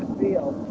field